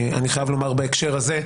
אני חייב לומר בהקשר הזה,